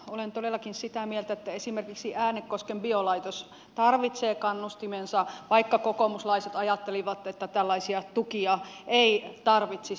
olen todellakin sitä mieltä että esimerkiksi äänekosken biolaitos tarvitsee kannustimensa vaikka kokoomuslaiset ajattelivat että tällaisia tukia ei tarvitsisi